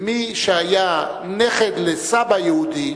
מי שהיה נכד לסבא יהודי,